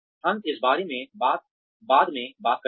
हम इस बारे में बाद में बात करेंगे